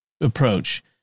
approach